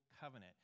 Covenant